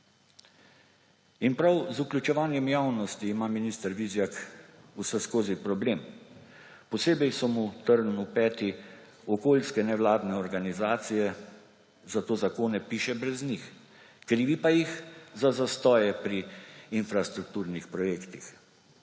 Prav z vključevanjem javnosti ima minister Vizjak vseskozi problem. Posebej so mu trn v peti okoljske nevladne organizacije, zato zakone piše brez njih, krivi pa jih za zastoje pri infrastrukturnih projektih,